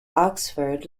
oxford